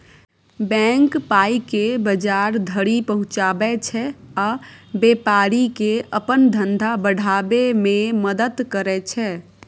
bank पाइकेँ बजार धरि पहुँचाबै छै आ बेपारीकेँ अपन धंधा बढ़ाबै मे मदद करय छै